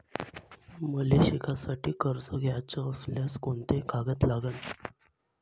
मले शिकासाठी कर्ज घ्याचं असल्यास कोंते कागद लागन?